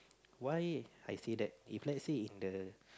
why I say that if let's say in the